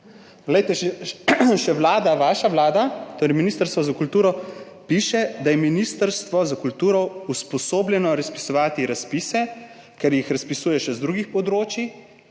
v zakon. Še vaša vlada, torej Ministrstvo za kulturo, piše, da je Ministrstvo za kulturo usposobljeno razpisovati razpise, ker jih razpisuje še na drugih področjih,